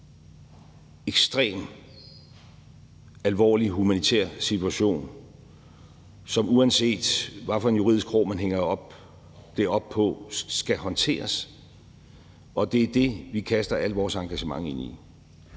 ekstremt alvorlig humanitær situation, som uanset hvad for en juridisk krog, man hænger det op på, skal håndteres. Og det er det, vi kaster alt vores engagement ind i.